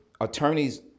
attorneys